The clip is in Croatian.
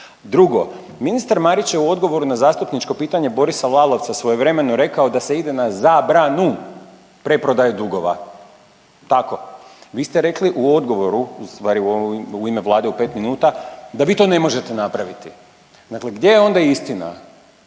Drugo, ministar Marić je u odgovoru na zastupničko pitanje Borisa Lalovca svojevremeno rekao da se ide na zabranu preprodaje dugova. Tako. Vi ste rekli u odgovoru, u stvari u ime vlade u 5 minuta da vi to ne možete napraviti. Dakle, gdje je onda istina?